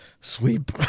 sweep